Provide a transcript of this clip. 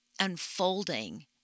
unfolding